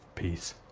peace.